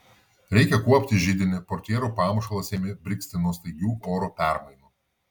reikia kuopti židinį portjerų pamušalas ėmė brigzti nuo staigių oro permainų